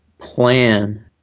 plan